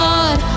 God